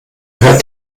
hört